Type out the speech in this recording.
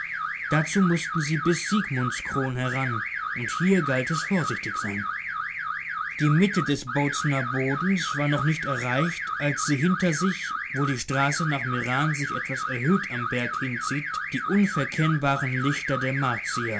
dazu mußten sie bis sigmundskron heran und hier galt es vorsichtig sein die mitte des bozener bodens war noch nicht erreicht als sie hinter sich wo die straße nach meran sich etwas erhöht am berg hinzieht die unverkennbaren lichter der martier